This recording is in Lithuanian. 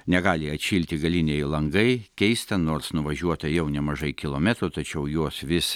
negali atšilti galiniai langai keista nors nuvažiuota jau nemažai kilometrų tačiau juos vis